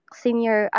senior